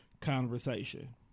conversation